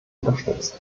unterstützt